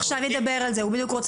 בודקים מה קורה